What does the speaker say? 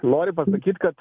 noriu pasakyt kad